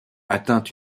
atteint